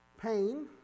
pain